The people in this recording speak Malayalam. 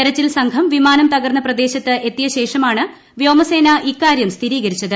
തെരച്ചിൽ സംഘം വിമാനം തകർന്ന പ്രദേശത്ത് എത്തിയശേഷമാണ് വ്യോമസേന ഇക്കാര്യം സ്ഥിരീകരിച്ചത്